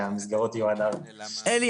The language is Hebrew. שהמסגרות יהיו עד 16:00. עלי,